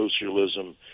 socialism